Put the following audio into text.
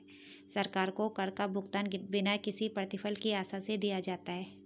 सरकार को कर का भुगतान बिना किसी प्रतिफल की आशा से दिया जाता है